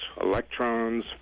electrons